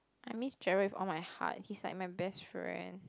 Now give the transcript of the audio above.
I miss Gerald with all my heart he's like my best friend